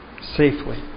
safely